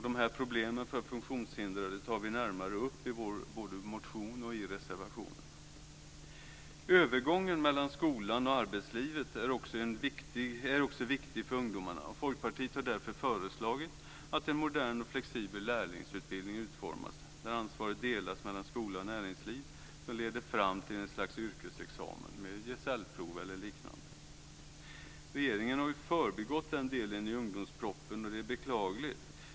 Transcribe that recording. De här problemen för funktionshindrade tar vi närmare upp i vår motion och i reservationerna. Övergången mellan skolan och arbetslivet är också viktig för ungdomarna, och Folkpartiet har därför föreslagit att en modern och flexibel lärlingsutbildning utformas, där ansvaret delas mellan skola och näringsliv. Den ska leda fram till ett slags yrkesexamen med gesällprov eller något liknande. Regeringen har förbigått den delen i ungdomspropositionen, och det är beklagligt.